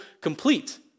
complete